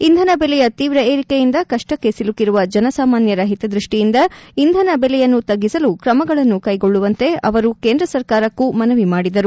ಇಂಧನ ಬೆಲೆಯ ತೀವ್ರ ಏರಿಕೆಯಿಂದ ಕಷ್ಷಕ್ಷೆ ಸಿಲುಕಿರುವ ಜನಸಾಮಾನ್ನರ ಓತದ್ಯಷ್ಟಿಯಿಂದ ಇಂಧನ ಬೆಲೆಯನ್ನು ತ್ಗಿಸಲು ತ್ರಮಗಳನ್ನು ಕ್ಸೆಗೊಳ್ಳುವಂತೆ ಅವರು ಕೇಂದ್ರ ಸರ್ಕಾರಕ್ಕೂ ಮನವಿ ಮಾಡಿದರು